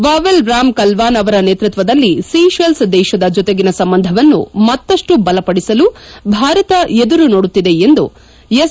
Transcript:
vowel Ramkalawan ಅವರ ನೇತೃತ್ವದಲ್ಲಿ Seychelles ದೇಶದ ಜೊತೆಗಿನ ಸಂಬಂಧವನ್ನು ಮತ್ತಷ್ಟು ಬಲಪಡಿಸಲು ಭಾರತ ಎದುರು ನೋಡುತ್ತಿದೆ ಎಂದು ಎಸ್